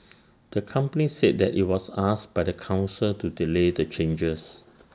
the company said that IT was asked by the Council to delay the changes